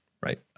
right